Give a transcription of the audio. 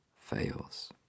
fails